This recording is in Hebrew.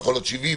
יכול להיות 70,